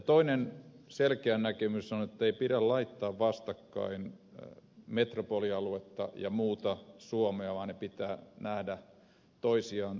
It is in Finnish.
toinen selkeä näkemys on ettei pidä laittaa vastakkain metropolialuetta ja muuta suomea vaan ne pitää nähdä toisiaan täydentäen